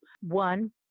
One